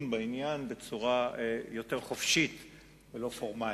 בעניין בצורה יותר חופשית ולא פורמלית.